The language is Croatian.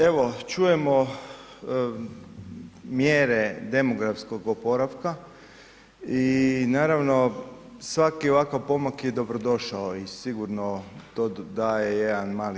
Evo, čujemo mjere demografskog oporavka i naravno svaki ovakav pomak je dobrodošao i sigurno to daje jedan mali